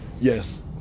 Yes